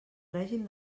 règim